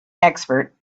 expert